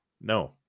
No